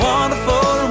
Wonderful